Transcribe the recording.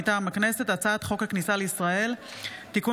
מטעם הכנסת: הצעת חוק הכניסה לישראל (תיקון